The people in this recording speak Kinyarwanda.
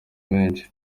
benshi